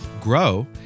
grow